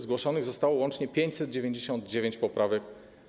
Zgłoszonych zostało łącznie 599 poprawek.